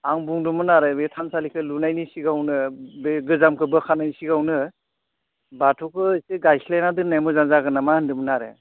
आं बुंदोंमोन आरो बे थानसालिखौ लुनायनि सिगाङावनो बे गोजामखौ बोखारनायनि सिगाङावनो बाथौखौ एसे गायस्लायना दोननाया मोजां जागोन नामा होन्दोंमोन आरो